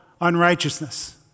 unrighteousness